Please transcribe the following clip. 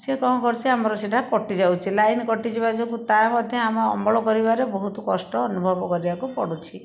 ସେ କ'ଣ କରିଛି ଆମର ସେଇଟା କଟି ଯାଉଛି ଲାଇନ କଟି ଯିବା ଯୋଗୁଁ ତା ମଧ୍ୟ ଆମ ଅମଳ କରିବାରେ ବହୁତ କଷ୍ଟ ଅନୁଭବ କରିବାକୁ ପଡ଼ୁଛି